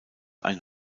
ein